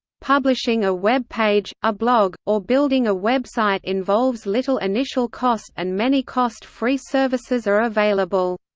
publishing a web page, a blog, or building a website involves little initial cost and many cost-free services are available.